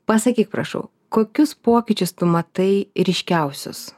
pasakyk prašau kokius pokyčius tu matai ryškiausius